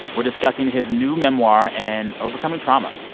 we're discussing his new memoir and overcoming trauma.